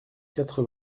quatre